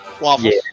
Waffles